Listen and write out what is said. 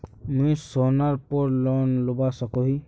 मुई सोनार पोर लोन लुबा सकोहो ही?